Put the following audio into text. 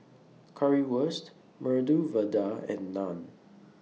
Currywurst Medu Vada and Naan